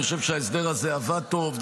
אני חושב שההסדר הזה עבד טוב,